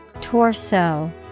Torso